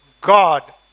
God